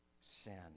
sin